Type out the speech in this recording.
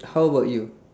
how about you